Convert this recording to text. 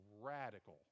radical